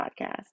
podcast